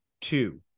two